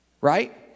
right